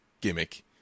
gimmick